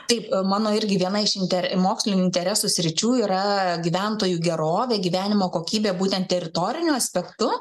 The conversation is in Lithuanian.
taip mano irgi viena iš inter mokslinių interesų sričių yra gyventojų gerovė gyvenimo kokybė būtent teritoriniu aspektu